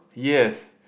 yes